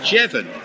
Jevon